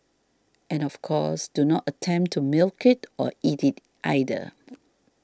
and of course do not attempt to milk it or eat it either